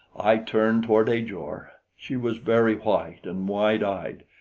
i turned toward ajor. she was very white and wide-eyed,